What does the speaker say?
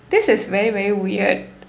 this is very very weird